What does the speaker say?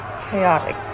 Chaotic